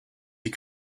die